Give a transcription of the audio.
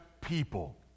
people